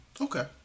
Okay